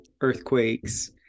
earthquakes